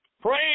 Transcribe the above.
Pray